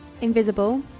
Invisible